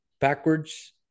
backwards